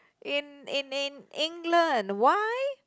in in in England why